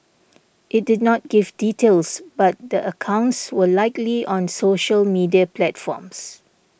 it did not give details but the accounts were likely on social media platforms